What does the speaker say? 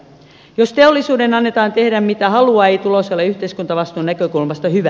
jos teollisuuden annetaan tehdä mitä haluaa ei tulos ole yhteiskuntavastuun näkökulmasta hyvä